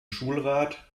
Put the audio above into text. schulrat